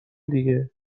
دیگه